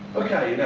ok.